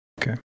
okay